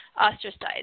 ostracized